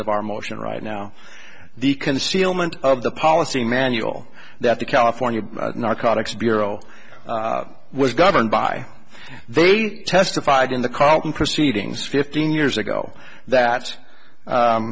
of our motion right now the concealment of the policy manual that the california narcotics bureau was governed by they testified in the carlton proceedings fifteen years ago that